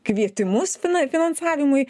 kvietimus fina finansavimui